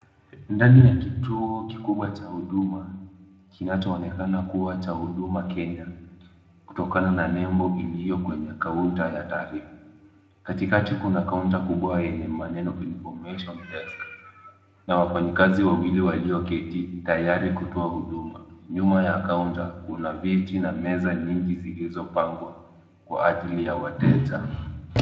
Ndani ya kituo kikubwa cha huduma kinachoonekana kuwa cha Huduma Kenya kutokana na nembo iliyo kwenye counter ya taarifa. Katikati kuna counter kubwa yenye maneno information desk na wafanyikazi wawili walioketi tayari kutoa huduma. Nyuma ya counter kuna viti na meza nyingi zilizopangwa kwa ajili ya wateja.